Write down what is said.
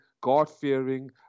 God-fearing